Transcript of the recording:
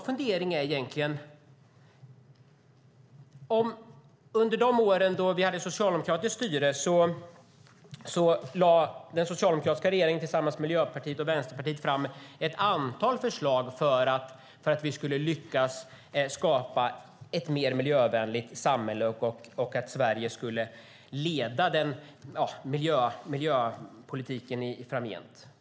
Under de år som vi hade socialdemokratiskt styre lade den socialdemokratiska regeringen tillsammans med Miljöpartiet och Vänsterpartiet fram ett antal förslag för att vi skulle lyckas skapa ett mer miljövänligt samhälle och att Sverige skulle leda miljöpolitiken framgent.